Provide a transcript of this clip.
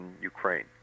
Ukraine